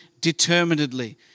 determinedly